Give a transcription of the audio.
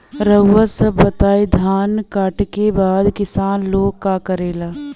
रउआ सभ बताई धान कांटेके बाद किसान लोग का करेला?